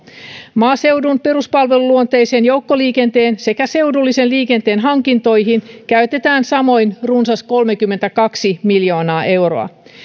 maaseudun peruspalveluluonteisen joukkoliikenteen sekä seudullisen liikenteen hankintoihin käytetään samoin runsas kolmekymmentäkaksi miljoonaa euroa